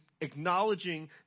acknowledging